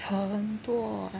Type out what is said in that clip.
很多 [what]